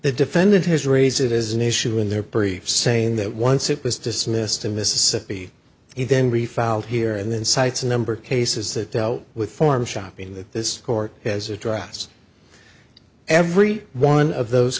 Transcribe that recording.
the defendant has raised it is an issue in there perri saying that once it was dismissed in mississippi he then refiled here and then cites a number of cases that dealt with form shoppin that this court has address every one of those